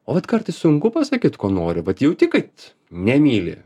o vat kartais sunku pasakyt ko nori vat jauti kad nemyli